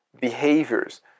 Behaviors